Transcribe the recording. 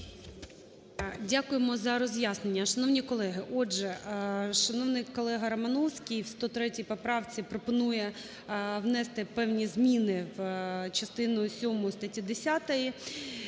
Дякуємо за роз'яснення. Шановні колеги! Отже, шановний колегаРомановський в 103 поправці пропонує внести певні зміни в частину сьому статті 10.